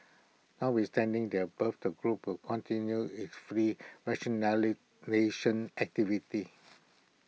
notwithstanding the above the group will continue its fleet rationalisation activities